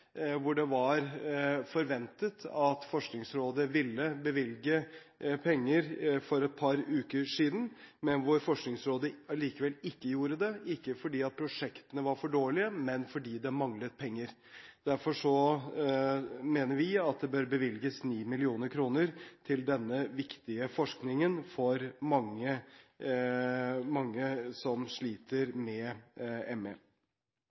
hvor det var forventet at Forskningsrådet ville bevilge penger for et par uker siden, men Forskningsrådet gjorde det ikke allikevel, ikke fordi prosjektene var for dårlige, men fordi det manglet penger. Derfor mener vi at det bør bevilges 9 mill. kr til denne viktige forskningen for mange som sliter